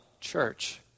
church